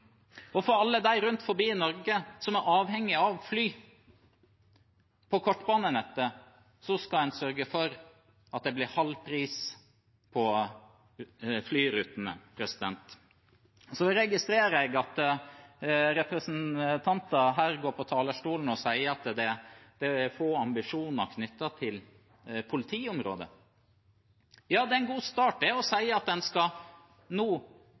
Og for alle rundt omkring i Norge som er avhengige av fly på kortbanenettet, skal en sørge for at det blir halv pris på flyrutene. Så registrerer jeg at representanter går på talerstolen og sier at det er få ambisjoner knyttet til politiområdet. Det er en god start å si at en nå skal